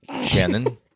Shannon